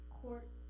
court